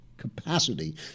capacity